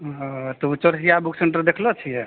हँ तऽ ओ चौरसिया बुक सेन्टर देखने छियै